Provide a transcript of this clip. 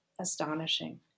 astonishing